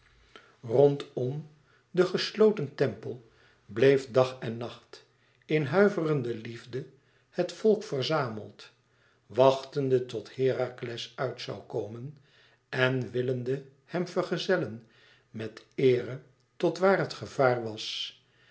rondom den gesloten tempel bleef dag en nacht in huiverende liefde het volk verzameld wachtende tot herakles uit zoû komen en willende hem vergezellen met eere tot waar het gevaar was